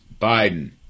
Biden